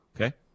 okay